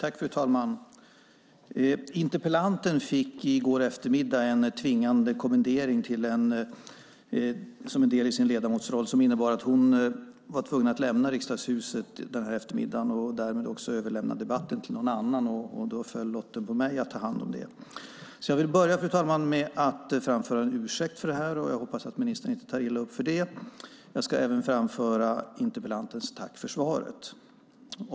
Fru talman! Interpellanten fick i går eftermiddag en tvingande kommendering som en del i sin ledamotsroll som innebar att hon var tvungen att lämna Riksdagshuset denna eftermiddag och därmed också överlämna debatten till någon annan. Lotten föll på mig att ta hand om den. Jag vill börja, fru talman, med att framföra en ursäkt för detta, och jag hoppas att ministern inte tar illa upp. Jag ska även framföra interpellantens tack för svaret.